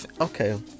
Okay